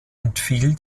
entfiel